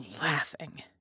laughing